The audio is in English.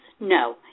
No